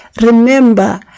Remember